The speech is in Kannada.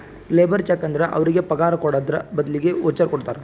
ಲೇಬರ್ ಚೆಕ್ ಅಂದುರ್ ಅವ್ರಿಗ ಪಗಾರ್ ಕೊಡದ್ರ್ ಬದ್ಲಿ ವೋಚರ್ ಕೊಡ್ತಾರ